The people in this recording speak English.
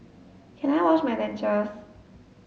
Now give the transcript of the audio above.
can I wash my dentures